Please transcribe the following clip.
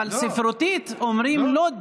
אבל בספרותית אומרים "לוּד".